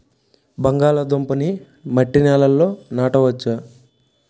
బంగాళదుంప నీ మట్టి నేలల్లో నాట వచ్చా?